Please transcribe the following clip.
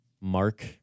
Mark